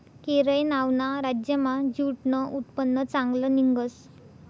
केरय नावना राज्यमा ज्यूटनं उत्पन्न चांगलं निंघस